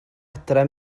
adre